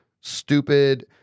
stupid